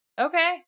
Okay